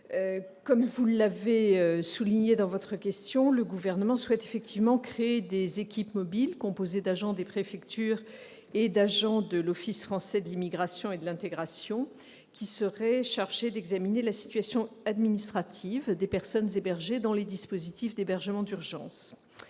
Robert, vous l'avez souligné dans votre question, le Gouvernement souhaite effectivement instaurer des équipes mobiles, composées d'agents des préfectures et d'agents de l'Office français de l'immigration et de l'intégration, qui seraient chargées d'examiner la situation administrative des personnes accueillies dans les dispositifs d'hébergement d'urgence.